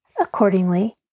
Accordingly